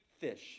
fish